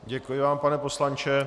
Děkuji vám, pane poslanče.